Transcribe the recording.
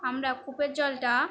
আমরা কূপের জলটা